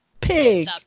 pig